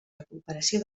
recuperació